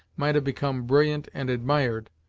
might have become brilliant and admired,